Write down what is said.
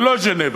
ללא ז'נבה,